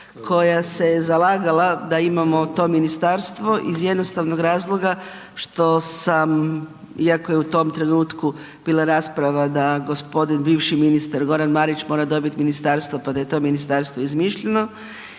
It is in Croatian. koja se je zalagala da imamo to ministarstvo iz jednostavnog razloga što sam iako je u tom trenutku bila rasprava da gospodin bivši ministar Goran Marić mora dobiti ministarstvo pa da je to ministarstvo izmišljeno.